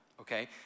okay